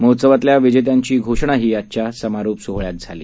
महोत्सवातल्याविजेत्यांचीघोषणाहीआजच्यासमारोपसोहळ्यातकेलीगेली